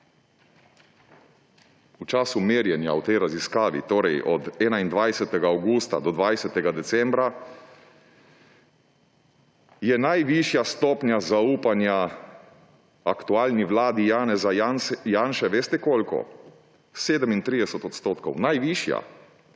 V času merjenja v tej raziskavi, torej od 21. avgusta do 20. decembra, je najvišja stopnja zaupanja aktualni vladi Janeza Janše − veste koliko? 37 %. Najvišja.